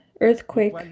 earthquake